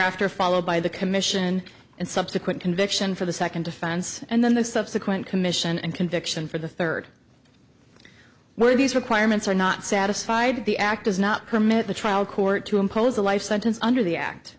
after followed by the commission and subsequent conviction for the second offense and then the subsequent commission and conviction for the third one of these requirements are not satisfied the act does not permit the trial court to impose a life sentence under the act